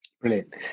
Brilliant